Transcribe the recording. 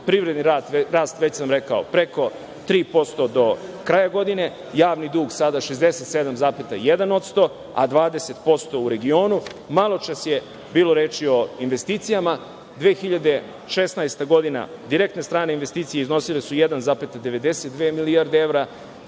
Privredni rast, već sam rekao, preko 3% do kraja godine., javni dug sada 67,1% a 20% u regionu. Maločas je bilo reči o investicijama, 2016. godine direktne strane investicije iznosile su 1,92 milijarde evra,